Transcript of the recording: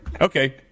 Okay